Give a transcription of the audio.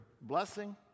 blessing